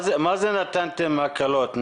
אפי, מה זה נתתם הקלות?